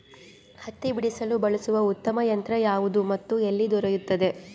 ಹತ್ತಿ ಬಿಡಿಸಲು ಬಳಸುವ ಉತ್ತಮ ಯಂತ್ರ ಯಾವುದು ಮತ್ತು ಎಲ್ಲಿ ದೊರೆಯುತ್ತದೆ?